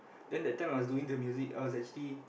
then that time I was doing the music I was actually